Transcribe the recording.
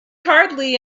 hardly